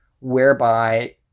whereby